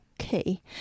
Okay